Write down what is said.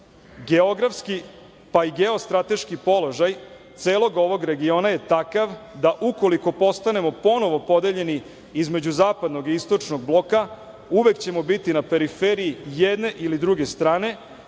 geografski, pa i geostrateški položaj celog ovog regiona je takav da ukoliko postanemo ponovo podeljeni između zapadnog i istočnog bloka, uvek ćemo biti na periferiji jedne ili druge strane,